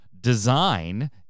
design